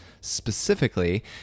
specifically